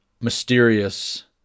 mysterious